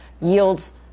yields